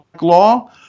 law